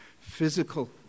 physical